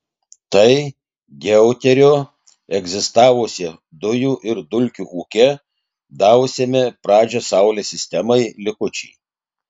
tai deuterio egzistavusio dujų ir dulkių ūke davusiame pradžią saulės sistemai likučiai